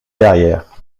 derrière